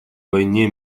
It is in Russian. войне